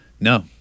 no